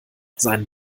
seinen